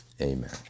Amen